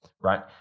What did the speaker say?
right